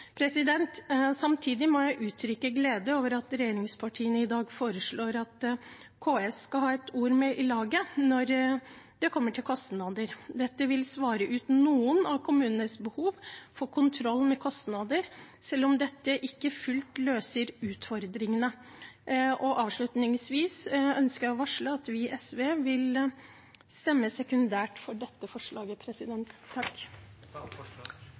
Samtidig må jeg uttrykke glede over at regjeringspartiene i dag foreslår at KS skal ha et ord med i laget når det gjelder kostnader. Dette vil svare på noen av kommunenes behov for kontroll med kostnader, selv om dette ikke fullt løser utfordringene. Avslutningsvis ønsker jeg å varsle at vi i SV vil stemme sekundært for dette forslaget.